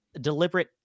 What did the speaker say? deliberate